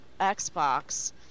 xbox